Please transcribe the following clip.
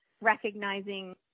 recognizing